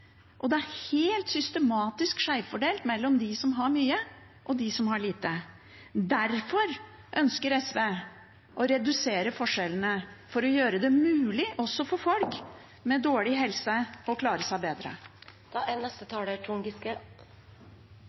og det er helt systematisk skjevfordelt mellom dem som har mye, og dem som har lite. Derfor ønsker SV å redusere forskjellene for å gjøre det mulig, også